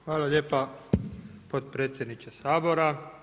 Hvala lijepa potpredsjedniče Sabora.